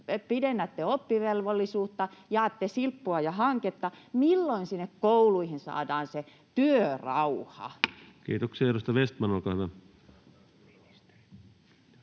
pidennätte oppivelvollisuutta, jaatte silppua ja hanketta. Milloin sinne kouluihin saadaan työrauha? Kiitoksia. — Edustaja Vestman, olkaa hyvä.